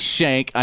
Shank